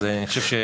אז אני חושב.